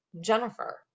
Jennifer